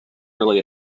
really